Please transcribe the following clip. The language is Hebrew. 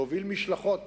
להוביל משלחות